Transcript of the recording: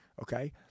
Okay